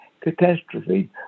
catastrophe